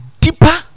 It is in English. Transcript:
deeper